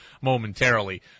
momentarily